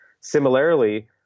Similarly